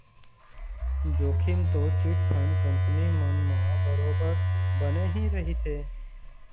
जोखिम तो chit fund company मन म बरोबर बने ही रहिथे